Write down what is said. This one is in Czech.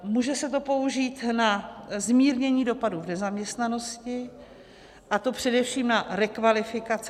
Může se to použít na zmírnění dopadů nezaměstnanosti, a to především na rekvalifikace.